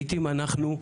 לעיתים אנחנו,